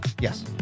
Yes